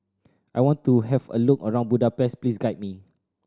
I want to have a look around Budapest please guide me